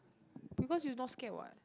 because you not scared what